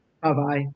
bye-bye